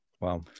Wow